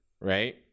right